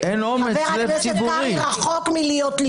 אין ליכוד --- חבר הכנסת קרעי רחוק מלהיות ליכוד.